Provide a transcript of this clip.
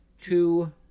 two